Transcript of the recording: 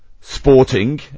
sporting